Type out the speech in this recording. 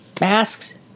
masks